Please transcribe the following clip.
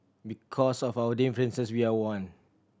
because of our differences we are one